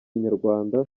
inyarwanda